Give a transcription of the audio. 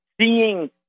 Seeing